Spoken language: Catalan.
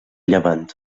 llevant